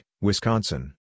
Wisconsin